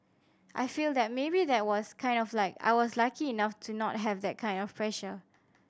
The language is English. I feel that maybe that was kind of like I was lucky enough to not have that kind of pressure